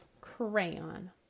Crayon